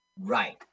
Right